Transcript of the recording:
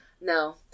No